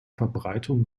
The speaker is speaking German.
verbreitung